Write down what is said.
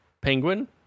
penguin